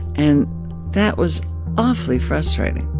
and that was awfully frustrating